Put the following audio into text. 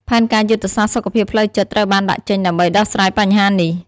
ផែនការយុទ្ធសាស្ត្រសុខភាពផ្លូវចិត្តត្រូវបានដាក់ចេញដើម្បីដោះស្រាយបញ្ហានេះ។